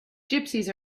gypsies